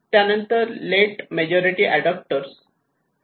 त्यानंतर let majority adapter central phase होता